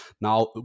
now